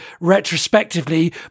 retrospectively